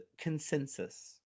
consensus